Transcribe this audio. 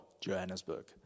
Johannesburg